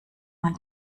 man